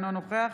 אינו נוכח